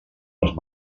els